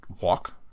walk